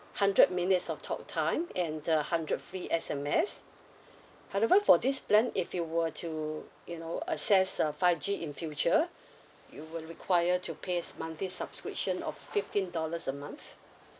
hundred minutes of talk time and the hundred free S_M_S however for this plan if you were to you know access uh five G in future you would require to pay monthly subscription of fifteen dollars a month